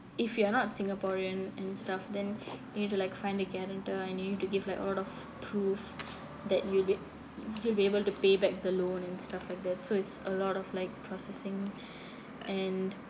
if you are not singaporean and stuff then you need to like find a guarantor and you need to give like a lot of proof that you'll be you'll be able to pay back the loan and stuff like that so it's a lot of like processing and